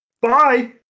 Bye